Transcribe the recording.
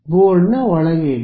board ಒಳಗೆ ಇದೆ